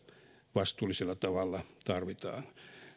vastuullisella tavalla tarvitsemme